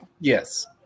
yes